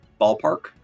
ballpark